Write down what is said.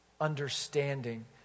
understanding